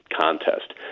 contest